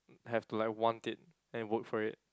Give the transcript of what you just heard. have to like want it then you work for it